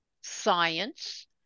science